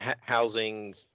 housing